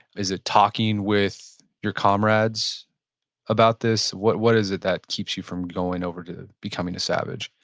is it talking with your comrades about this? what what is it that keeps you from going over to becoming a savage?